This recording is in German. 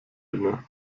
inne